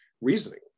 reasoning